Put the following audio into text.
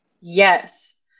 yes